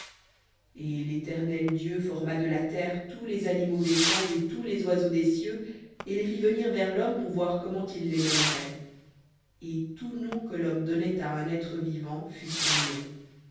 et l'éternel dieu forma de la terre tous les animaux des champs et tous les oiseaux des cieux et les fit venir vers l'homme pour voir comment il les nommerait et tout nom que l'homme donnait à un être vivant fut son nom